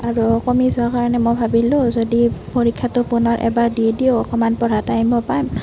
আৰু কমি যোৱাৰ কাৰণে মই ভাবিলোঁ যদি পৰীক্ষাটো পুনৰ এবাৰ দি দিও অকণমান পঢ়াৰ টাইমো পাম